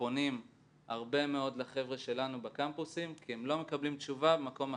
פונים הרבה מאוד לחבר'ה שלנו בקמפוסים כי הם לא מקבלים תשובה ממקום אחר.